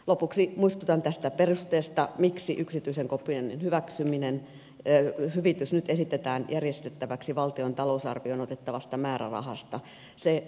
lopuksi muistutan tästä perusteesta miksi yksityisen kopioinnin hyvitys esitetään nyt järjestettäväksi valtion talousarvioon otettavasta määrärahasta